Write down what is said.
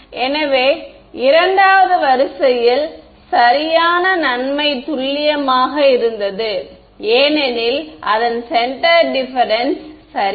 மாணவர் எனவே இரண்டாவது வரிசையில் சரியான நன்மை துல்லியமாக இருந்தது ஏனெனில் அதன் சென்டர் டிப்பேரென்ஸ் சரி